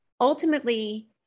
Ultimately